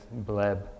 bleb